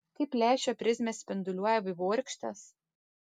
kaip lęšio prizmės spinduliuoja vaivorykštes